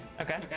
Okay